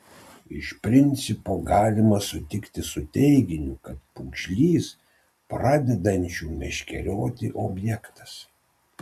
iš principo galima sutikti su teiginiu kad pūgžlys pradedančių meškerioti objektas